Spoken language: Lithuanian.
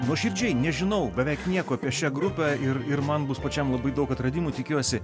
nuoširdžiai nežinau beveik nieko apie šią grupę ir ir man bus pačiam labai daug atradimų tikiuosi